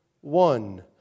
one